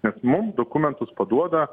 nes mum dokumentus paduoda